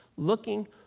looking